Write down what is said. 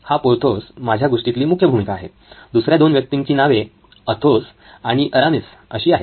हा 'पोर्थोस' माझ्या गोष्टीतली मुख्य भूमिका आहे दुसऱ्या दोन व्यक्तींची नावे अथॊस आणि अरामीस अशी आहेत